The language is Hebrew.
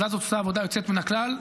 הוועדה הזאת עושה עבודה יוצאת מן הכלל.